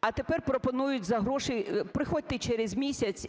а тепер пропонують за гроші, приходьте через місяць…